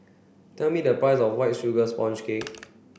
tell me the price of white sugar sponge cake